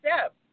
step